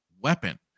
weapon